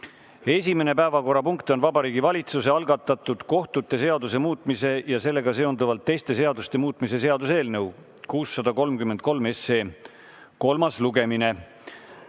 Esimene päevakorrapunkt on Vabariigi Valitsuse algatatud kohtute seaduse muutmise ja sellega seonduvalt teiste seaduste muutmise seaduse eelnõu 633 kolmas lugemine.